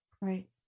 Right